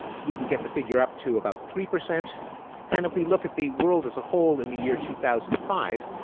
we can get the figure up to about three percent and if we look at the world as a whole in the year two thousand and five,